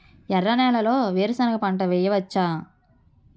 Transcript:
ఎర్ర నేలలో వేరుసెనగ పంట వెయ్యవచ్చా?